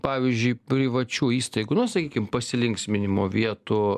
pavyzdžiui privačių įstaigų nu sakykim pasilinksminimo vietų